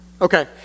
Okay